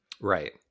Right